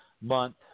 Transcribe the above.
month